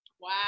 Wow